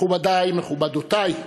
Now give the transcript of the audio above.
מכובדי, מכובדותי,